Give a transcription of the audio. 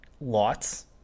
lots